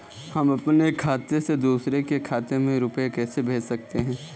हम अपने खाते से दूसरे के खाते में रुपये कैसे भेज सकते हैं?